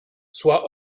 sois